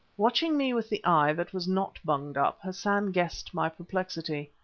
watching me with the eye that was not bunged up, hassan guessed my perplexity.